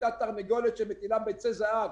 שהייתה תרנגולת שמטילה ביצי זהב